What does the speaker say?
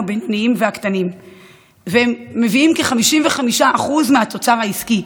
ומביאים כ-55% מהתוצר העסקי.